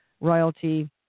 royalty